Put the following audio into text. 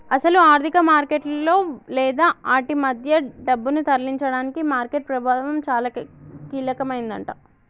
అసలు ఆర్థిక మార్కెట్లలో లేదా ఆటి మధ్య డబ్బును తరలించడానికి మార్కెట్ ప్రభావం చాలా కీలకమైందట